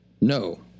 No